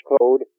code